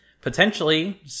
potentially